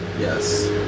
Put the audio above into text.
Yes